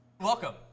Welcome